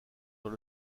dans